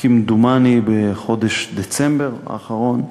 כמדומני בחודש דצמבר האחרון,